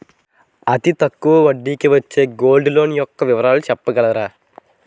అతి తక్కువ వడ్డీ కి వచ్చే గోల్డ్ లోన్ యెక్క వివరాలు చెప్పగలరా?